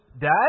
dad